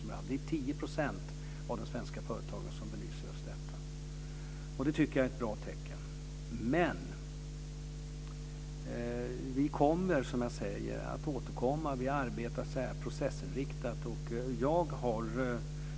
Det är 10 % av företagen som belyser just detta. Det tycker jag är ett bra tecken. Men vi kommer, som jag säger, att återkomma. Vi arbetar processinriktat.